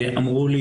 אמרו לי,